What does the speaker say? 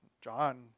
John